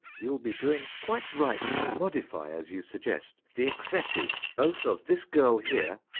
you'll be doing quite right to modify, as you suggest, the excesses both of this girl here,